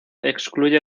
excluye